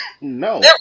No